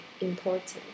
important